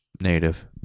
native